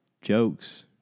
jokes